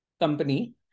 company